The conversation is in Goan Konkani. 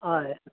हय